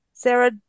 Sarah